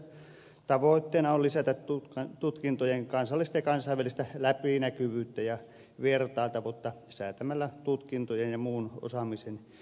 esityksen tavoitteena on lisätä tutkintojen kansallista ja kansainvälistä läpinäkyvyyttä ja vertailtavuutta säätämällä tutkintojen ja muun osaamisen viitekehyksestä